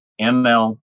ML